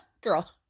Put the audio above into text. girl